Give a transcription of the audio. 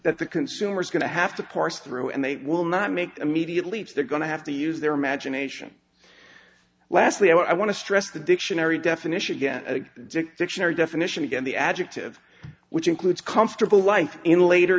that the consumer is going to have to parse through and they will not make immediate leaps they're going to have to use their imagination lastly i want to stress the dictionary definition get a dictionary definition again the adjective which includes comfortable life in a later